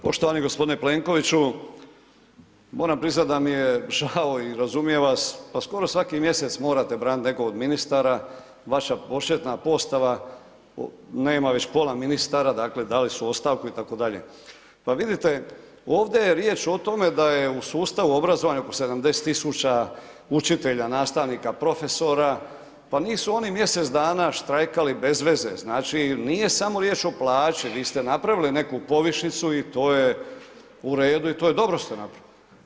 Poštovani g. Plenkoviću, moram priznat da mi je žao i razumijem vas, pa skoro svaki mjesec morate branit nekog od ministara, vaša početna postava, nema već pola ministara, dakle dali su ostavku itd., pa vidite, ovdje je riječ o tome da je u sustavu obrazovanja oko 70 000 učitelja, nastavnika, profesora, pa nisu oni mjesec dana štrajkali bez veze, znači nije samo riječ o plaći, vi ste napravili neku povišicu i to je u redu i to je, dobro ste napravili.